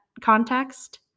context